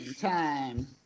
time